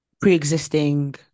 pre-existing